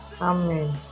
Amen